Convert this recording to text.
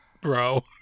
bro